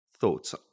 thoughts